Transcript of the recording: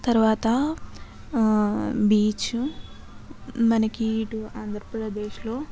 తర్వాత బీచ్ మనకు ఇటు ఆంధ్రప్రదేశ్లో